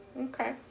Okay